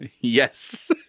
Yes